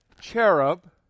cherub